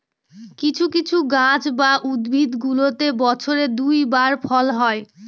কিছু কিছু গাছ বা উদ্ভিদগুলোতে বছরে দুই বার ফল হয়